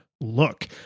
look